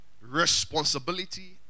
responsibility